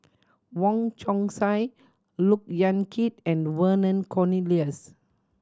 Wong Chong Sai Look Yan Kit and Vernon Cornelius